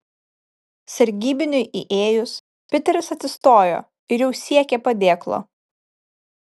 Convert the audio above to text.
sargybiniui įėjus piteris atsistojo ir jau siekė padėklo